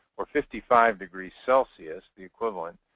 or fifty five degrees celsius, the equivalent,